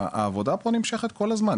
העבודה פה נמשכת כל הזמן,